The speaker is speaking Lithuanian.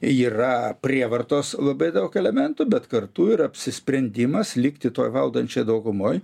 yra prievartos labai daug elementų bet kartu ir apsisprendimas likti toj valdančioj daugumoj